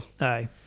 Aye